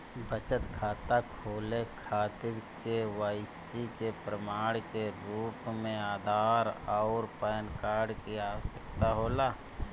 बचत खाता खोले खातिर के.वाइ.सी के प्रमाण के रूप में आधार आउर पैन कार्ड की आवश्यकता होला